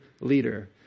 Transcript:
leader